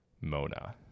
Mona